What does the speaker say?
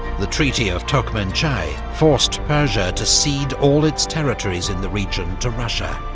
the treaty of turkmenchay forced persia to cede all its territories in the region to russia,